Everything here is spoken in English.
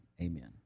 amen